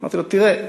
אמרתי לו: תראה,